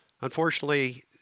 Unfortunately